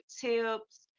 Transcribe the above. tips